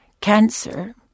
cancer